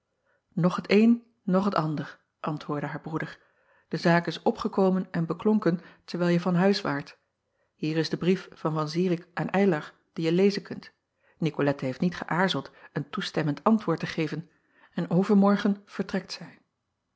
och t een noch t ander antwoordde haar broeder de zaak is opgekomen en beklonken terwijl je van huis waart ier is de brief van an irik aan ylar dien je lezen kunt icolette heeft niet geäarzeld een toestemmend antwoord te geven en overmorgen vertrekt zij